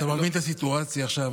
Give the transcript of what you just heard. אתה מבין את הסיטואציה עכשיו,